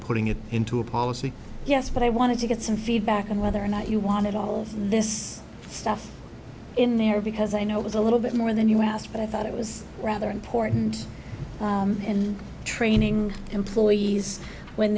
putting it into a policy yes but i wanted to get some feedback on whether or not you wanted all this stuff in there because i know it was a little bit more than you asked but i thought it was rather important and training employees when